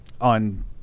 on